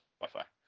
Wi-Fi